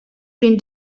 been